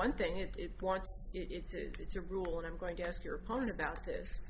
one thing it wants it's a rule and i'm going to ask your opponent about this